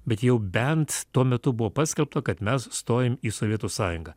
bet jau bent tuo metu buvo paskelbta kad mes stojom į sovietų sąjungą